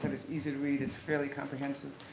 and it's easy to read. it's fairly comprehensive.